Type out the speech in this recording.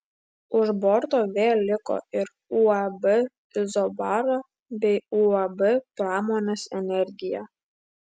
už borto vėl liko ir uab izobara bei uab pramonės energija